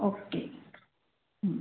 okay